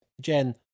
Jen